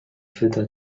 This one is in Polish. wyda